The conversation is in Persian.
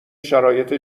شرایط